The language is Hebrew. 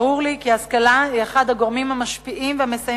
ברור לי כי השכלה היא אחד הגורמים המשפיעים והמסייעים